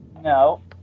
No